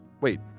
wait